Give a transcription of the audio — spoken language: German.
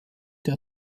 der